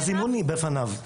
הזימון בפניו,